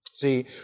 See